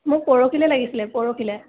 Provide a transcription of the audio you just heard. মোক পৰহিলৈ লাগিছিলে পৰহিলৈ